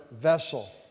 vessel